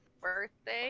birthday